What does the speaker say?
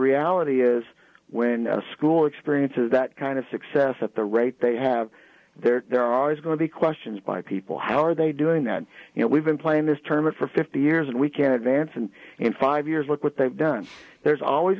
reality is when a school experiences that kind of success at the rate they have there there are going to be questions by people how are they doing that you know we've been playing this term for fifty years and we can advance and in five years look what they've done there's always